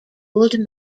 old